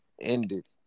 ended